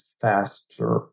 faster